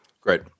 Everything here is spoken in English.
Great